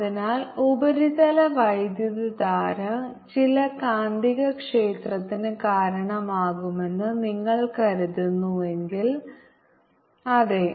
അതിനാൽ ഉപരിതല വൈദ്യുതധാര ചില കാന്തികക്ഷേത്രത്തിന് കാരണമാകുമെന്ന് നിങ്ങൾ കരുതുന്നുവെങ്കിൽ അതെ